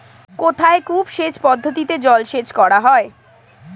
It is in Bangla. কোথায় কূপ সেচ পদ্ধতিতে জলসেচ করা হয়?